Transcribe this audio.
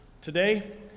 today